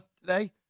today